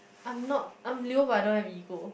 I'm not I'm Leo but I don't have ego